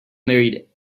married